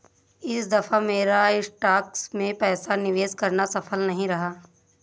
इस दफा मेरा स्टॉक्स में पैसा निवेश करना सफल नहीं रहा